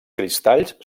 cristalls